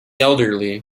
elderly